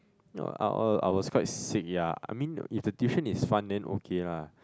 no I I I was quite sick ya I mean if the tuition is fun then okay lah